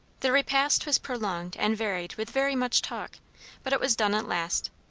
the repast was prolonged and varied with very much talk but it was done at last.